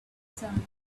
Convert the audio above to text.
sun